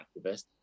activist